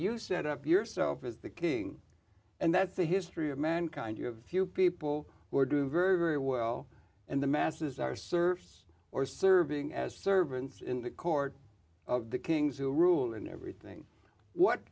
you set up yourself as the king and that's the history of mankind you have a few people were doing very very well and the masses are service or serving as servants in the court of the kings who rule in everything what